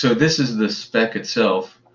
so this is the spec itself.